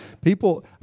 people